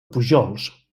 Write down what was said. pujols